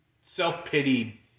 self-pity